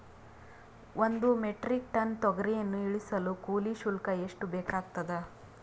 ಒಂದು metric ton ತೊಗರಿಯನ್ನು ಇಳಿಸಲು ಕೂಲಿ ಶುಲ್ಕ ಎಷ್ಟು ಬೇಕಾಗತದಾ?